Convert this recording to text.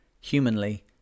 Humanly